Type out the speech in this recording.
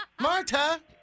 Marta